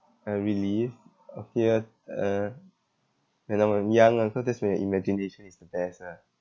and relive appeared uh when I am young ah cause that's when your imagination is the best ah